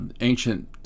ancient